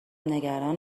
نگران